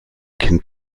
kind